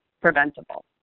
preventable